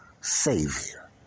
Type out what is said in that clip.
Savior